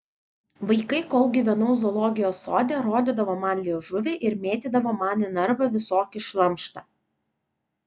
vaikai kol gyvenau zoologijos sode rodydavo man liežuvį ir mėtydavo man į narvą visokį šlamštą